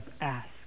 ask